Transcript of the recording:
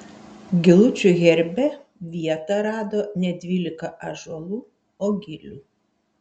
gilučių herbe vietą rado ne dvylika ąžuolų o gilių